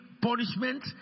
punishment